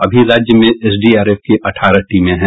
अभी राज्य में एसडीआरएफ की अठारह टीमें हैं